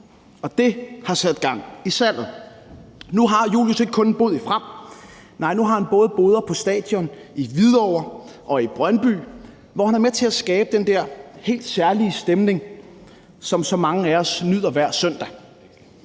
og det har sat gang i salget. Nu har Julius ikke kun en bod i Frem, nej, nu har han både boder på stadion i Hvidovre og i Brøndby, hvor han er med til at skabe den der helt særlige stemning, som så mange af os nyder hver søndag,